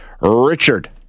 Richard